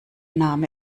name